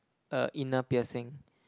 a inner piercing